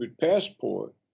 passport